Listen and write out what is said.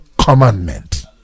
commandment